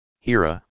hira